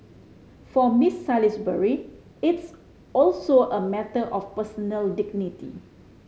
for Miss Salisbury it's also a matter of personal dignity